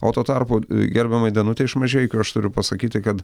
o tuo tarpu gerbiamai danutei iš mažeikių aš turiu pasakyti kad